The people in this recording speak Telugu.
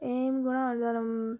ఏం కూడా వదలం